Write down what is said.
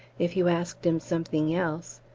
if you asked him something else,